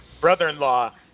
brother-in-law